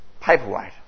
paperweight